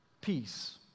Peace